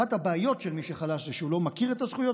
אחת הבעיות של מי שחלש היא שהוא לא מכיר את הזכויות.